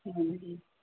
ਹਾਂਜੀ